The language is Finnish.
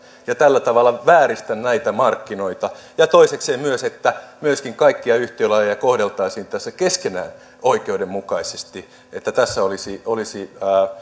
ja tällä tavalla vääristä näitä markkinoita ja toisekseen myös että myöskin kaikkia yhtiölajeja kohdeltaisiin tässä keskenään oikeudenmukaisesti että tässä olisi olisi